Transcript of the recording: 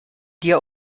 dir